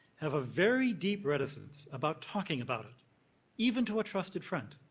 have a very deep reticence about talking about it even to a trusted friend,